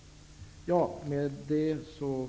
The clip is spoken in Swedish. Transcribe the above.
Jag slutar med det.